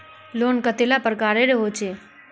Loan कतेला प्रकारेर होचे?